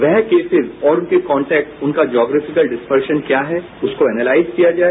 वह केसेज और उनके कॉन्टेक्टस उनका जोग्रिफिक्ल डिस्पर्जन क्या है उसको एनालाइज किया जाए